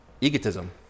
egotism